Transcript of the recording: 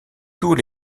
tous